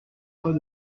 fois